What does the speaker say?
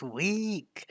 week